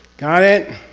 got it?